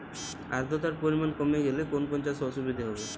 আদ্রতার পরিমাণ কমে গেলে কোন কোন চাষে অসুবিধে হবে?